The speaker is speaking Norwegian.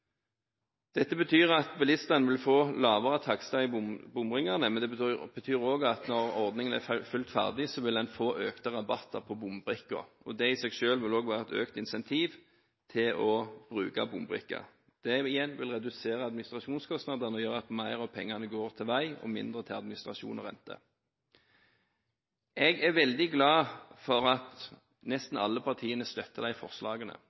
Dette betyr at bilistene vil få lavere takster i bomringene, men det betyr også at når ordningen er fullt ferdig, vil en få økte rabatter på bombrikker. Det i seg selv vil også være et økt incentiv til å bruke bombrikker. Det igjen vil redusere administrasjonskostnadene og gjøre at mer av pengene går til vei og mindre til administrasjon og renter. Jeg er veldig glad for at nesten alle partiene støtter de forslagene,